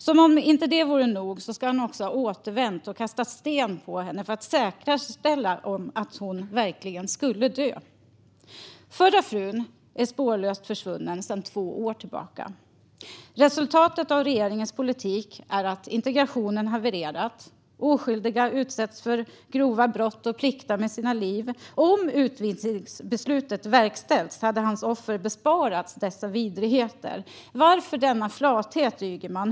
Som om inte det vore nog ska han ha återvänt och kastat sten på henne för att säkerställa att hon verkligen skulle dö. Hans förra fru är spårlöst försvunnen sedan två år tillbaka. Resultatet av regeringens politik är att integrationen havererat. Oskyldiga utsätts för grova brott och pliktar med sina liv. Om utvisningsbeslutet hade verkställts hade Mohamads offer besparats dessa vidrigheter. Varför denna flathet, Ygeman?